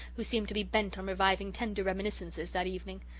who seemed to be bent on reviving tender reminiscences that evening.